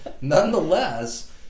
nonetheless